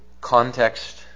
context